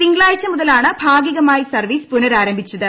തിങ്കളാഴ്ച മുതലാണ് ഭാഗികമായി സർവീസ് പുനരാരംഭിച്ചത്